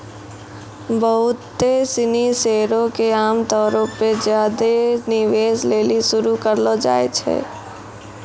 बहुते सिनी शेयरो के आमतौरो पे ज्यादे निवेश लेली शुरू करलो जाय छै